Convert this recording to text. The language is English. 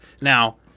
Now